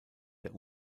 der